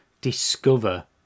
discover